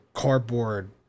cardboard